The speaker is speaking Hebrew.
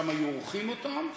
שם היו עורכים אותם.